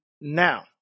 now